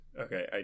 Okay